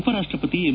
ಉಪರಾಷ್ಟ ಪತಿ ಎಂ